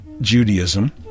Judaism